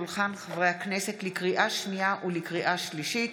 לקריאה שנייה ולקריאה שלישית: